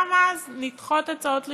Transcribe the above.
גם אז נדחות הצעות לשיפור.